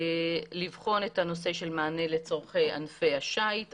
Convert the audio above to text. לבחון את הנושא של מענה לצורכי ענפי השיט,